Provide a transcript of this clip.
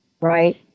right